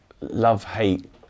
love-hate